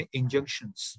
injunctions